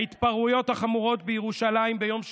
להתפרעויות החמורות בירושלים ביום שישי,